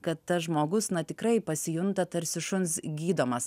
kad tas žmogus na tikrai pasijunta tarsi šuns gydomas